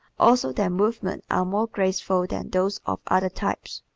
also their movements are more graceful than those of other types.